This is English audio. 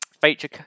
feature